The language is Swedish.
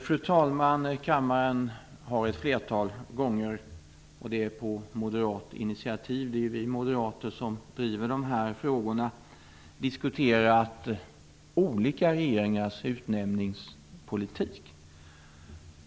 Fru talman! Kammaren har ett flertal gånger, och det på moderat initiativ - det är ju vi moderater som driver de här frågorna - diskuterat olika regeringars utnämningspolitik.